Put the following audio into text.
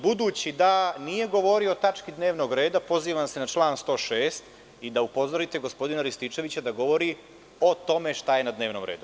Budući da nije govorio o tački dnevnog reda, pozivam se na član 106, treba da upozorite gospodina Rističevića da govori o tome šta je na dnevnom redu.